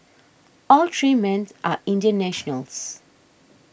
all three men are Indian nationals